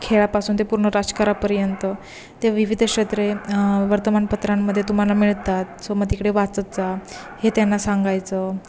खेळापासून ते पूर्ण राजकारणापर्यंत ते विविध क्षेत्रे वर्तमानपत्रांमध्ये तुम्हाला मिळतात सो मग तिकडे वाचत जा हे त्यांना सांगायचं